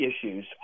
issues